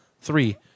Three